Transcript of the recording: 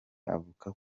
avuga